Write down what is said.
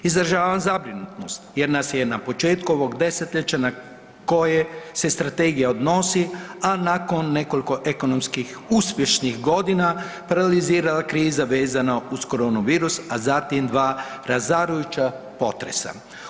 Izražavam zabrinutost jer nas je na početku ovog desetljeća na koje se strategija odnosi, a nakon nekoliko ekonomskih uspješnih godina, paralizirala kriza vezana uz koronuvirus, a zatim dva razarajuća potresa.